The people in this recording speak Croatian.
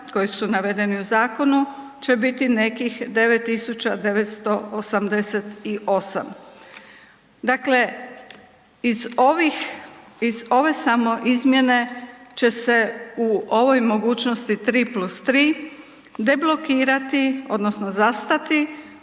koji su navedeni u zakonu će bit nekih 9 988. Dakle, iz ovih, iz ove samo izmjene će se u ovoj mogućnosti 3+3 deblokirati, odnosno zastati